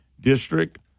District